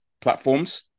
platforms